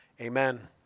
Amen